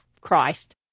Christ